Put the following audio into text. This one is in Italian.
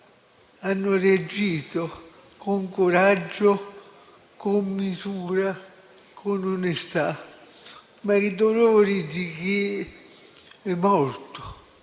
hanno reagito con coraggio, con misura e con onestà, ma il dolore di chi è morto,